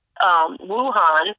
Wuhan